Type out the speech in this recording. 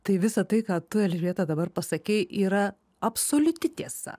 tai visa tai ką tu elžbieta dabar pasakei yra absoliuti tiesa